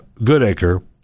Goodacre